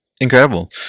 incredible